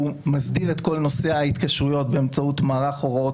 הוא מסדיר את כל נושא ההתקשרויות באמצעות מערך הוראות